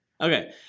Okay